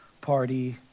party